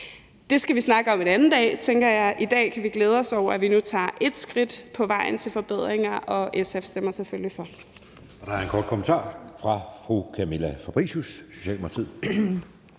Det skal vi snakke om en anden dag, tænker jeg. I dag kan vi glæde os over, at vi nu tager ét skridt på vejen til forbedringer, og SF stemmer selvfølgelig for.